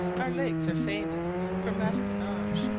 our lakes are famous for masquinonge,